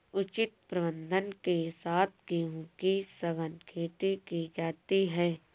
उचित प्रबंधन के साथ गेहूं की सघन खेती की जाती है